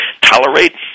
tolerate